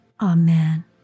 Amen